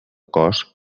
cos